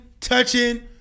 touching